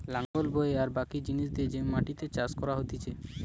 লাঙল বয়ে আর বাকি জিনিস দিয়ে যে মাটিতে চাষ করা হতিছে